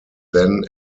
then